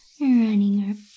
Running